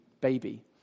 baby